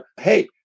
Hey